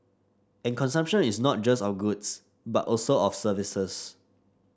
and consumption is not just of goods but also of services